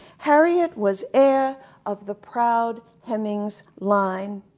harriet was heir of the proud hemings line.